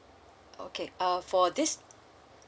okay uh for this